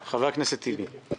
חבר הכנסת טיבי, בבקשה.